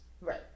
Right